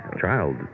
Child